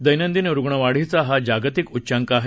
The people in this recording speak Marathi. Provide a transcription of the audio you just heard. दैनंदिन रुग्णवाढीचा हा जागतिक उंच्चाक आहे